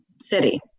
city